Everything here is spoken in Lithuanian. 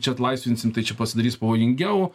čia atlaisvinsim tai čia pasidarys pavojingiau